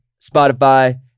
Spotify